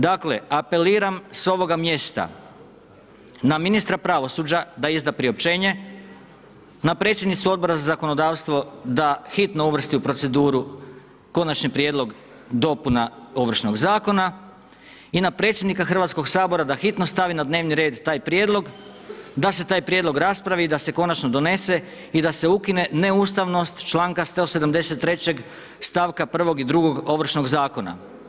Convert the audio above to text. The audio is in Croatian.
Dakle, apeliram sa ovoga mjesta na ministra pravosuđa da izda priopćenje, na predsjednicu Odbora za zakonodavstvo da hitno uvrsti u proceduru Konačni prijedlog dopuna Ovršnog zakona i na predsjednika Hrvatskog sabora da hitno stavi na dnevni red taj prijedlog, da se taj prijedlog raspravi i da se konačno donese i da se ukine neustavnost članka 173. stavka 1. i 2. Ovršnog zakona.